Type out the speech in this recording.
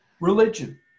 religion